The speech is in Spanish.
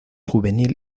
juvenil